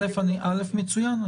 מצוין.